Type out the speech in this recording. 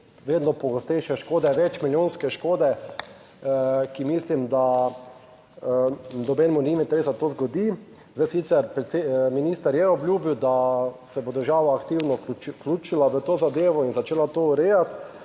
vedno pogostejše škode, več milijonske škode, ki mislim, da nobenemu ni interes, da to zgodi. Zdaj sicer minister je obljubil, da se bo država aktivno vključila v to zadevo in začela to urejati,